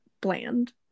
bland